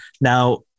now